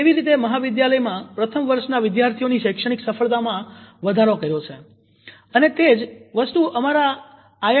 એ કેવી રીતે મહાવિદ્યાલયમાં પ્રથમ વર્ષનાં વિદ્યાર્થીઓની શૈક્ષણિક સફળતામાં વધારો કર્યો છે અને તે જ વસ્તુ અમને અમારી આઈ